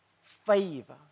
favor